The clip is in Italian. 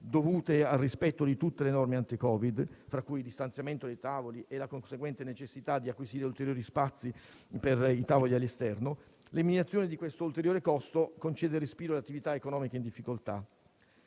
dovute al rispetto di tutte le norme anti-Covid, tra cui il distanziamento dei tavoli e la conseguente necessità di acquisire ulteriori spazi per i tavoli all'esterno, l'eliminazione di questo ulteriore costo concede respiro alle attività economiche in difficoltà.